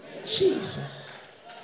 Jesus